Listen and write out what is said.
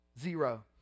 zero